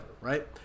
right